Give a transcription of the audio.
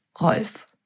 Rolf